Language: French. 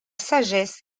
sagesse